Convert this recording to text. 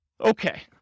Okay